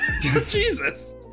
Jesus